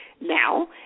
now